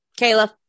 kayla